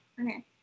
Okay